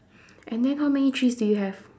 and then how many trees do you have